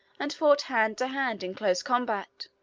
and fought hand to hand, in close combat,